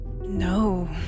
No